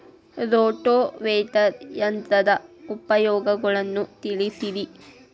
rotavator ಯಂತ್ರದ ಉಪಯೋಗಗಳನ್ನ ತಿಳಿಸಿರಿ